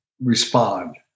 respond